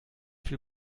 viel